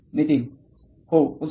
नितीन हो उत्सुक